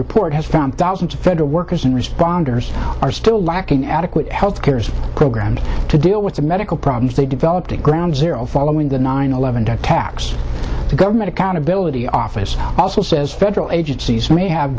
report has found thousands of federal workers and responders are still lacking adequate health care programs to deal with the medical problems they developed at ground zero following the nine eleven duck tax the government accountability office also says federal